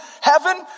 heaven